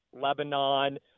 Lebanon